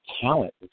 talent